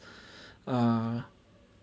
err